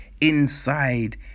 inside